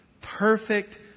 perfect